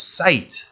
sight